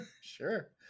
Sure